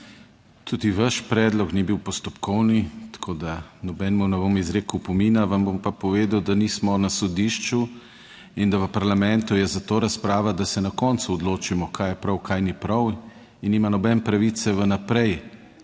Tudi vaš predlog ni bil postopkovni, tako da nobenemu ne bom izrekel opomina. Vam bom pa povedal, da nismo na sodišču in da v parlamentu je za to razprava, da se na koncu odločimo, kaj je prav, kaj ni prav in nima nobene pravice vnaprej